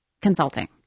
consulting